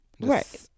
Right